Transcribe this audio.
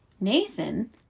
Nathan